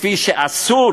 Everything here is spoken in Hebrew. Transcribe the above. לפי שאסור